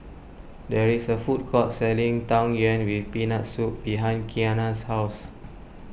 there is a food court selling Tang Yuen with Peanut Soup behind Qiana's house